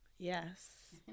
Yes